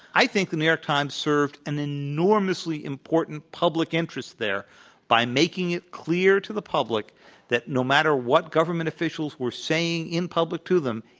i think the new york times served an enormously important public interest there by making it clear to the public that no matter what government officials were saying in public to them,